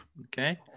okay